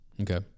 Okay